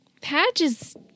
patches